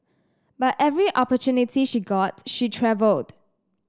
but every opportunity she got she travelled